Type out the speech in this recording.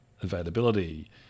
availability